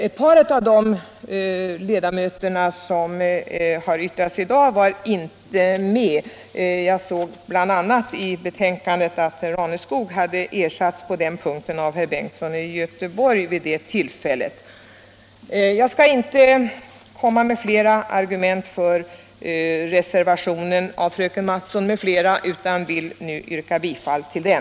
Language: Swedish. Ett par av de ledamöter som har yttrat sig i dag var inte med förra året — jag såg t.ex. i betänkandet att herr Raneskog vid det tillfället hade ersatts av herr Bengtsson i Göteborg. Jag skall inte anföra fler argument för reservationen av fröken Mattson m.fl. utan vill med detta yrka bifall till den.